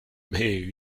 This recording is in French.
mais